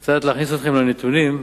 קצת להכניס אתכם לנתונים,